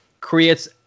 creates